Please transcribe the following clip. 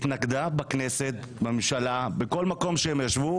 התנגדה בכנסת, בממשלה, בכל מקום שהם ישבו.